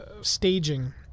staging